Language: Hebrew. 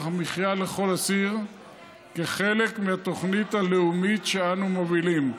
המחיה לכל אסיר כחלק מהתוכנית הלאומית שאנו מובילים.